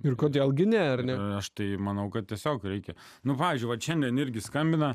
ir kodėl gi ne aš tai manau kad tiesiog reikia nu pavyzdžiui vat šiandien irgi skambina